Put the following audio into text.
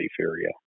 area